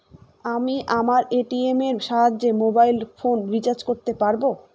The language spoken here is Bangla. আমি আমার এ.টি.এম এর সাহায্যে মোবাইল ফোন রিচার্জ করতে পারব?